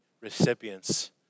recipients